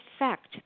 effect